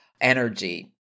energy